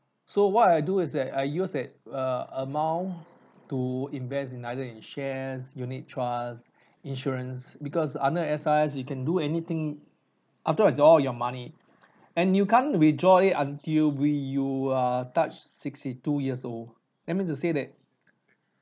so what I do is that I use eh uh amount to invest in either in shares unit trust insurance because under S_R_S you can do anything after all it's all your money and you can't withdraw it until we you are touched sixty two years old that mean to say that